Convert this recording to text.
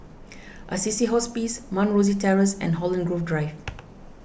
Assisi Hospice Mount Rosie Terrace and Holland Grove Drive